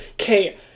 okay